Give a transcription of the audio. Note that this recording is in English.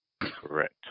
Correct